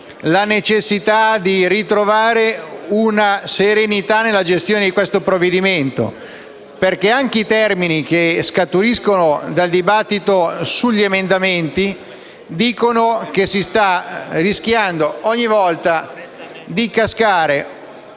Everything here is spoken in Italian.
la necessità di ritrovare serenità nella gestione di questo provvedimento, perché anche i termini che scaturiscono dal dibattito sugli emendamenti dicono che si sta rischiando, ogni volta, di cascare